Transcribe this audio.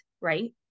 Right